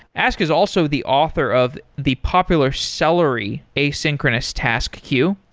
ask is also the author of the popular celery, asynchronous task queue.